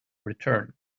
return